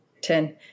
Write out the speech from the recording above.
Ten